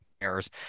errors